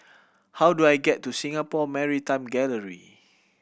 how do I get to Singapore Maritime Gallery